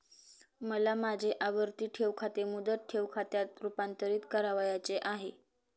मला माझे आवर्ती ठेव खाते मुदत ठेव खात्यात रुपांतरीत करावयाचे आहे